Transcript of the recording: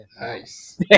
Nice